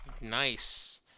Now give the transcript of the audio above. nice